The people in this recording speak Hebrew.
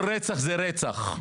כל רצח זה רצח.